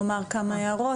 לומר כמה הערות,